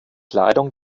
kleidung